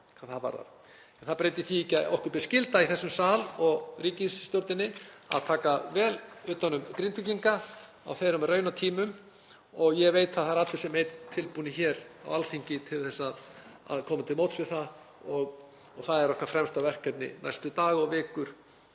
það breytir því ekki að okkur ber skylda í þessum sal og ríkisstjórninni að taka vel utan um Grindvíkinga á þeirra raunatímum og ég veit að það eru allir sem einn tilbúnir hér á Alþingi til að koma til móts við það og það er okkar fremsta verkefni næstu daga og vikur,